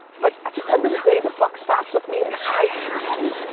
but at the end of the day the buck stops with me and i have to,